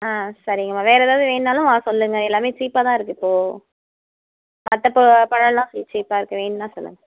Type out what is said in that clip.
ஆ சரிங்கம்மா வேறு ஏதாவது வேணும்ன்னாலும் சொல்லுங்கள் எல்லாமே சீப்பாக தான் இருக்குது இப்போது மற்ற பழ பழமெலாம் சீப்பாக இருக்குது வேணும்னா சொல்லுங்கள்